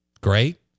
great